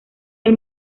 del